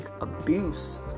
abuse